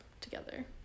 together